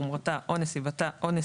חומרתה או נסיבותיה